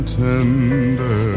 tender